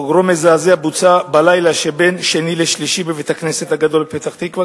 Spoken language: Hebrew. פוגרום מזעזע בוצע בלילה שבין שני לשלישי בבית-הכנסת הגדול בפתח-תקווה,